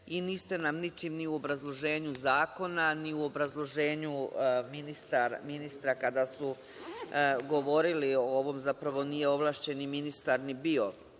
i niste nam ničim ni u obrazloženju zakona, ni u obrazloženju ministara kada su govorili, zapravo nije ovlašćeni ministar ni bio,